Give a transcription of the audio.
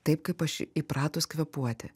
taip kaip aš įpratus kvėpuoti